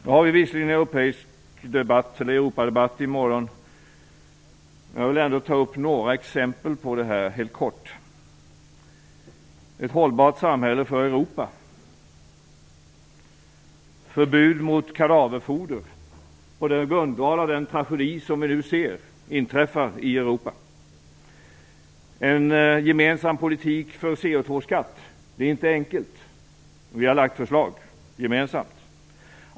Vi har visserligen en Europadebatt i morgon, men jag vill ändå helt kort ta upp några exempel på detta. Det handlar om ett hållbart samhälle för Europa, om förbud mot kadaverfoder på grundval av den tragedi som vi nu ser inträffa i Europa och om en gemensam politik för CO2-skatt, vilket inte är enkelt, men vi har lagt fram ett gemensamt förslag.